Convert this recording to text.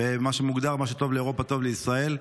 מה שמוגדר "מה שטוב לאירופה טוב לישראל".